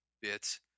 bits